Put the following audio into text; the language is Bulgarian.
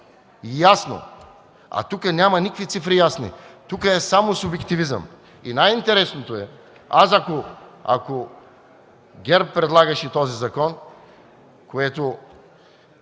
ясно! А тук няма никакви ясни цифри. Тук е само субективизъм. Най-интересното е, че ако ГЕРБ предлагаше този закон, което